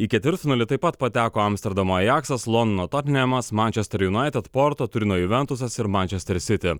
į ketvirtfinalį taip pat pateko amsterdamo ajaksas londono totenhamas mančester junaited porto turino juventusas ir mančester sity